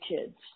kids